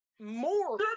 more